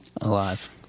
Alive